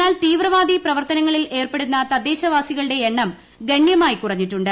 എന്നാൽ തീവ്രവാദി പ്രവർത്തനങ്ങളിൽ ഏർപ്പെടുന്ന തദ്ദേശവാസികളുടെ എണ്ണം ഗണ്യമായി കുറഞ്ഞിട്ടുണ്ട്